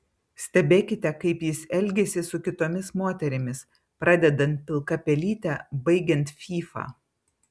stebėkite kaip jis elgiasi su kitomis moterimis pradedant pilka pelyte baigiant fyfa